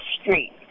Street